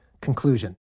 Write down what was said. Conclusion